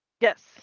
Yes